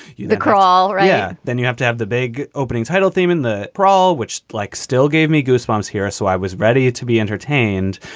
the crawl. yeah. then you have to have the big opening title theme in the prall, which like still gave me goosebumps here. so i was ready to be entertained.